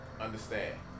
Understand